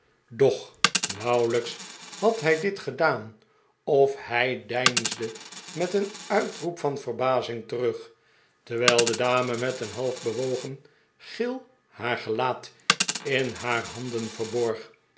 doch nauwelijks had hij dit gedaan of hij deinsde met een uitroep van verbazing terug terwijl de dame met een half bedwongen gil haar gelaat in haar nanden verborg